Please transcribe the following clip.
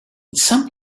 some